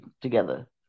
together